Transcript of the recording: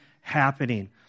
happening